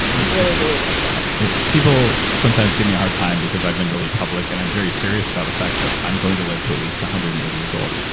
and really believe it, yeah people sometimes give me a hard time because i've been really public, and i'm very serious about the fact that i'm going to live to at least one hundred and eighty years old.